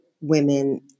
women